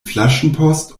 flaschenpost